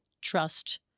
trust